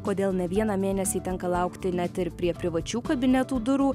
kodėl ne vieną mėnesį tenka laukti net ir prie privačių kabinetų durų